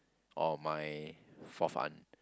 or my fourth aunt